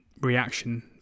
reaction